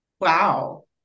Wow